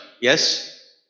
yes